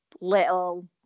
Little